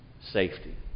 safety